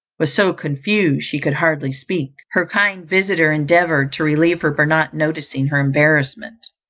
was so confused she could hardly speak. her kind visitor endeavoured to relieve her by not noticing her embarrassment.